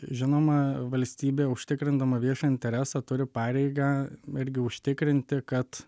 žinoma valstybė užtikrindama viešą interesą turi pareigą irgi užtikrinti kad